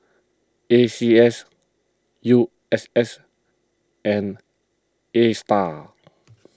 A C S U S S and Astar